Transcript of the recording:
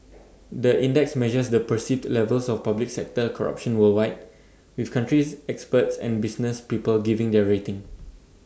the index measures the perceived levels of public sector corruption worldwide with country experts and business people giving their rating